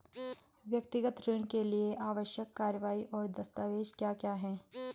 व्यक्तिगत ऋण के लिए आवश्यक कार्यवाही और दस्तावेज़ क्या क्या हैं?